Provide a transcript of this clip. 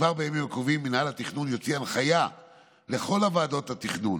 כבר בימים הקרובים מינהל התכנון יוציא הנחיה לכל ועדות התכנון